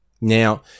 Now